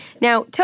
Now